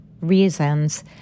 reasons